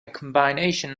combination